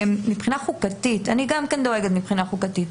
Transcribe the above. מבחינה חוקתית, גם אני דואגת מבחינה חוקתית.